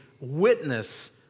witness